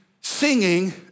singing